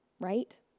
right